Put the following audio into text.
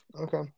Okay